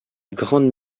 grande